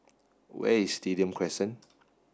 where is Stadium Crescent